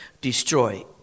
destroy